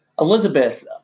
Elizabeth